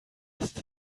ist